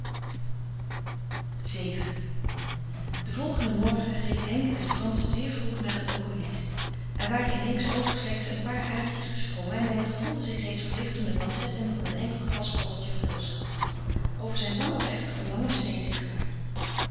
viii den volgenden morgen reed henk met frans zeer vroeg naar een oculist er waren in henks oog slechts een paar aârtjes gesprongen en hij gevoelde zich reeds verlicht toen het lancet hem van een enkel glaskorreltje verlost had over zijn wang was echter een lange sneê zichtbaar